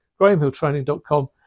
GrahamHillTraining.com